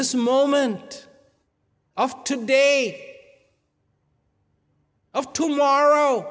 this moment of to day of tomorrow